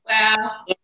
Wow